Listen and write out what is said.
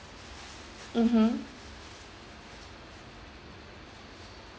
mmhmm